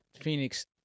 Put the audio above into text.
Phoenix